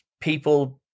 people